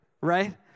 right